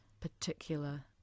particular